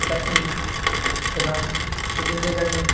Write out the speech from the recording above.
जाथिनि एबा गुबुन जायगानि